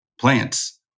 plants